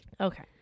okay